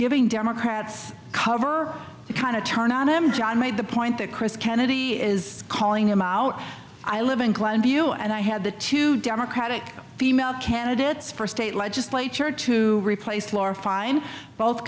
giving democrats cover the kind of turnout em john made the point that chris kennedy is calling them out i live in glenview and i had the two democratic female candidates for a state legislature to replace laura fein both